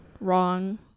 wrong